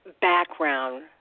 background